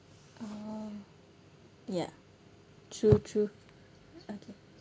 uh ya true true okay